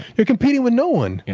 you're competing with no one,